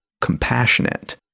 compassionate